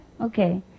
Okay